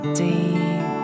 deep